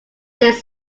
this